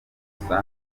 usanga